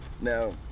Now